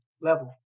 level